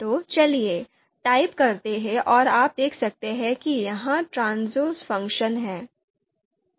तो चलिए टाइप करते हैं और आप देख सकते हैं कि यह ट्रांज़ोज़ फ़ंक्शन है